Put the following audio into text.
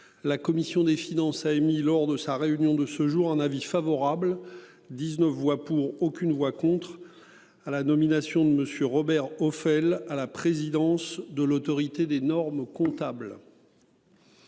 La commission des finances a émis lors de sa réunion de ce jour un avis favorable. 19 voix pour aucune voix contre. À la nomination de Monsieur Robert Ophèle à la présidence de l'Autorité des normes comptables.